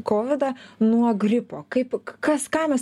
kovidą nuo gripo kaip kas ką mes